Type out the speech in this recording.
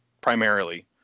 primarily